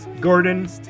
Gordon